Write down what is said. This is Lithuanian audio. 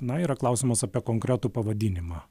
na yra klausimas apie konkretų pavadinimą